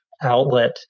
outlet